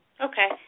Okay